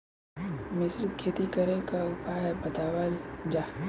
मिश्रित खेती करे क उपाय बतावल जा?